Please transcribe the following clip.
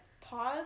pause